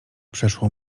przeszło